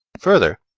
further,